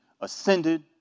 ascended